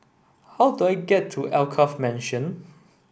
how do I get to Alkaff Mansion